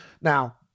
Now